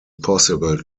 possible